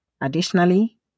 Additionally